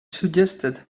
suggested